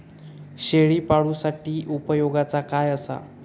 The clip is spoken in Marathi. शेळीपाळूसाठी उपयोगाचा काय असा?